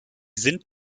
sind